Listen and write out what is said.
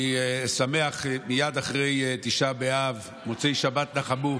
אני שמח מייד אחרי תשעה באב, מוצאי שבת נחמו,